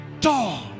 dog